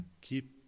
Keep